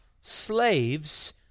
slaves